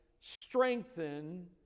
strengthen